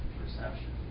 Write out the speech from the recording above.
perception